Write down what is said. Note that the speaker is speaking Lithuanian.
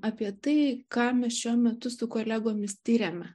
apie tai ką mes šiuo metu su kolegomis tiriame